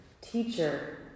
Teacher